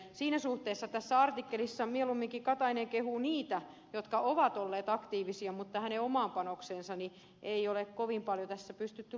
siinä suhteessa tässä artikkelissa mieluumminkin katainen kehuu niitä jotka ovat olleet aktiivisia mutta hänen omaan panokseensa ei ole kovin paljon pystytty tässä luottamaan